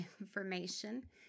information